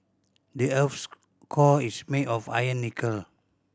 the earth's core is made of iron nickel